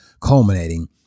culminating